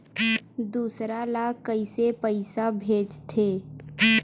दूसरा ला कइसे पईसा भेजथे?